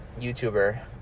YouTuber